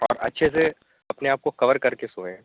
اور اچھے سے اپنے آپ کو کور کر کے سوئیں